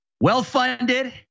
well-funded